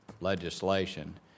legislation